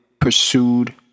pursued